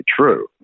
true